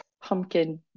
pumpkin